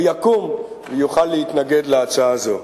ויקום ויוכל להתנגד להצעה הזאת?